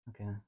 Okay